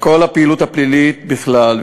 כל הפעילות הפלילית בכלל,